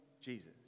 Jesus